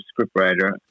scriptwriter